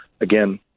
again